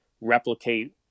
replicate